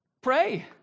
Pray